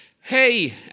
Hey